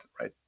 right